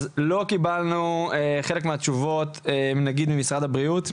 לא קיבלנו חלק מהתשובות, למשל ממשרד הבריאות.